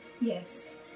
Yes